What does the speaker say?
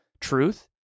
truth